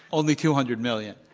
only two hundred million.